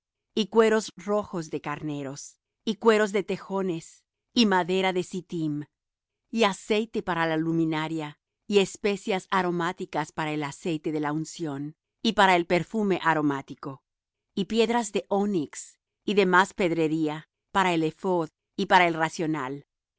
y cueros rojos de carneros y cueros de tejones y madera de sittim y aceite para la luminaria y especias aromáticas para el aceite de la unción y para el perfume aromático y piedras de onix y demás pedrería para el ephod y para el racional y